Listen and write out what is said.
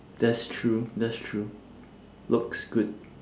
that's true that's true looks good